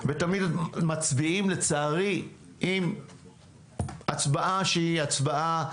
ותמיד מצביעים לצערי עם הצבעה שהיא הצבעה,